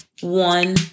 one